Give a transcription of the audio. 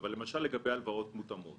למשל, לגבי הלוואות מותאמות